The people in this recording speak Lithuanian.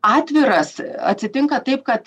atviras atsitinka taip kad